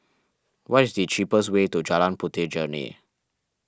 what is the cheapest way to Jalan Puteh Jerneh